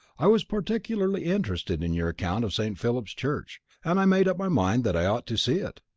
i was particularly interested in your account of st. philip's church, and i made up my mind that i ought to see it.